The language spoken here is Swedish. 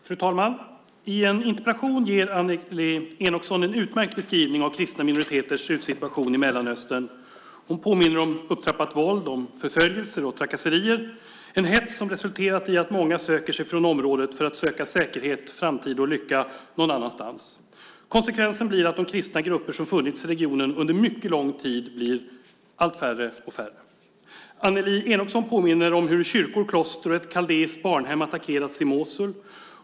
Fru talman! I en interpellation ger Annelie Enochson en utmärkt beskrivning av kristna minoriteters utsatta situation i Mellanöstern. Hon påminner om upptrappat våld, om förföljelser och trakasserier. Det är en hets som resulterat i att många söker sig från området för att söka säkerhet, framtid och lycka någon annanstans. Konsekvensen blir att de kristna grupper som funnits i regionen under mycket lång tid blir färre och färre. Annelie Enochson påminner om hur kyrkor, kloster och ett kaldeiskt barnhem attackerats i Mosul.